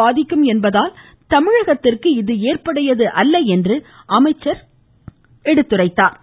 பாதிக்கும் என்பதால் தமிழகத்திற்கு இது ஏற்புடையது அல்ல என்றும் அமைச்சர் எடுத்துரைத்தார்